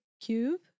Cube